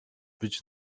być